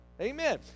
Amen